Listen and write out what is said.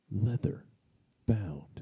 Leather-Bound